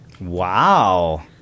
wow